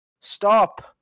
Stop